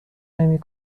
نمی